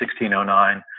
1609